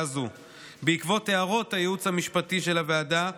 הזו בעקבות הערות הייעוץ המשפטי של הוועדה,